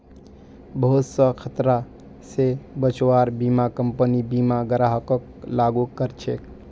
बहुत स खतरा स बचव्वार बीमा कम्पनी बीमा ग्राहकक लागू कर छेक